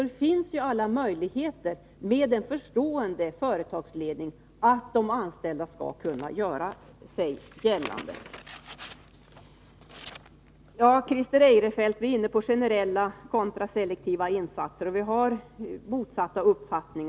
Det finns alltså alla möjligheter med en förstående företagsledning att de anställda skall kunna göra sig gällande. Christer Eirefelt är inne på generella kontra selektiva insatser. Där har vi motsatt uppfattning.